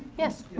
yes